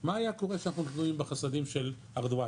מה היה קורה אם היינו תלויים בחסדים של ארדואן?